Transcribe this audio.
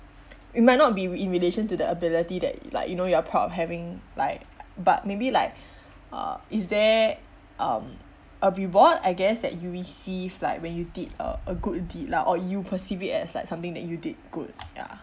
it might not be with in relation to the ability that like you know you are proud of having like but maybe like uh is there um a reward I guess that you receive like when you did a a good deed lah or you perceive it as like something that you did good ya